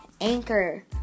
Anchor